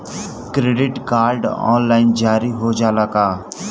Credit card online जारी हो जाला का?